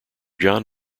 john